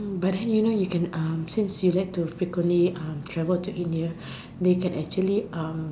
mm but then you know you can um since you like to frequently um travel to India they can actually um